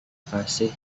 kasih